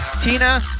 Tina